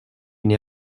une